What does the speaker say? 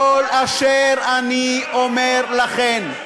כל אשר אני אומר לכן,